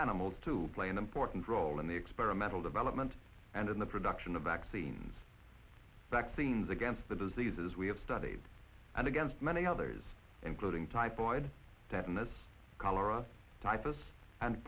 animal to play an important role in the experimental development and in the production of vaccines vaccines against the diseases we have studied and against many others including typhoid cholera